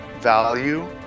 value